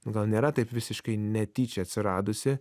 gal nėra taip visiškai netyčia atsiradusi